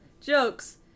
Jokes